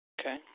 Okay